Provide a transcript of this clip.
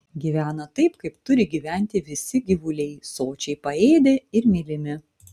gyvena taip kaip turi gyventi visi gyvuliai sočiai paėdę ir mylimi